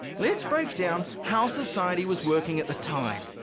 let's break down how society was working at the time.